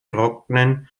trocknen